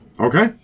Okay